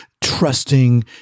trusting